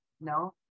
No